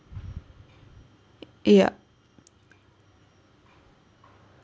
ya